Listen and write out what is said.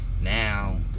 now